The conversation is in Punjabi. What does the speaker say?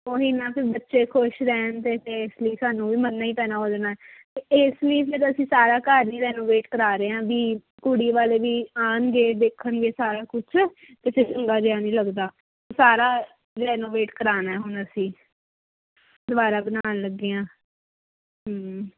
ਉਹ ਹੀ ਨਾ ਫਿਰ ਬੱਚੇ ਖੁਸ਼ ਰਹਿਣ ਅਤੇ ਇਸ ਲਈ ਸਾਨੂੰ ਵੀ ਮੰਨਣਾ ਹੀ ਪੈਣਾ ਉਹਦੇ ਨਾਲ ਅਤੇ ਇਸ ਲਈ ਫਿਰ ਅਸੀਂ ਸਾਰਾ ਘਰ ਹੀ ਰੈਨੋਵੇਟ ਕਰਵਾ ਰਹੇ ਹਾਂ ਵੀ ਕੁੜੀ ਵਾਲੇ ਵੀ ਆਉਣਗੇ ਵੇਖਣਗੇ ਸਾਰਾ ਕੁਛ ਅਤੇ ਫਿਰ ਚੰਗਾ ਜਿਹਾ ਨਹੀਂ ਲੱਗਦਾ ਸਾਰਾ ਰੈਨੋਵੇਟ ਕਰਵਾਉਣਾ ਹੁਣ ਅਸੀਂ ਦੁਬਾਰਾ ਬਣਾਉਣ ਲੱਗੇ ਹਾਂ